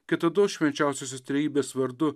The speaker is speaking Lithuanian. kitados švenčiausiosios trejybės vardu